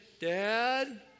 Dad